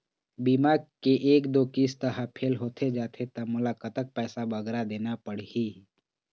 बीमा के एक दो किस्त हा फेल होथे जा थे ता मोला कतक पैसा बगरा देना पड़ही ही?